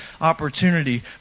opportunity